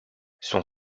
son